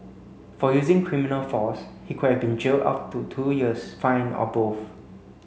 for using criminal force he could have been jailed up to two years fined or both